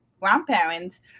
grandparents